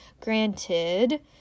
granted